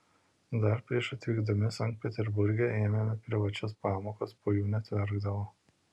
dar prieš atvykdami sankt peterburge ėmėme privačias pamokas po jų net verkdavau